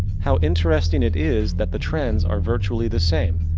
how interesting it is, that the trends, are virtually the same.